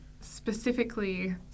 specifically